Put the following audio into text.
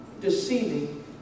deceiving